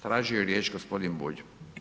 Tražio je riječ gospodin Bulj.